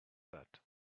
that